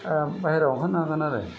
बाहेरायाव ओंखारनो हागोन आरो